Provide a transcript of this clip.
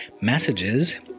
messages